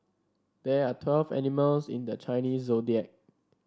there are twelve animals in the Chinese Zodiac